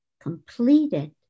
completed